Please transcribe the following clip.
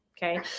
Okay